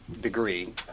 degree